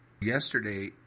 Yesterday